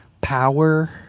power